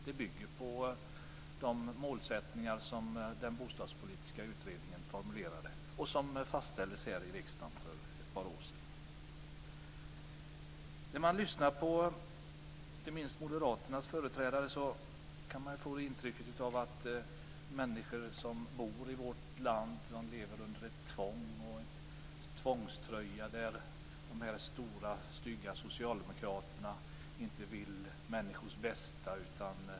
Det bygger på de målsättningar som den bostadspolitiska utredningen formulerade och som fastställdes här i riksdagen för ett par år sedan. När man lyssnar på inte minst Moderaternas företrädare kan man få intrycket att människor som bor i vårt land lever under ett tvång och i en tvångströja. De stora, stygga socialdemokraterna vill inte människors bästa.